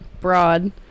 broad